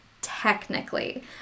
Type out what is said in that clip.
technically